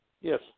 Yes